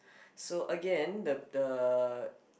so again the the